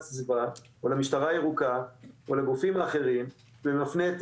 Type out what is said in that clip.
הסביבה או למשטרה הירוקה או לגופים אחרים ומפנה את